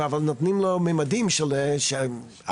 אבל נותנים לו ממדים של 4,